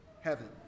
heaven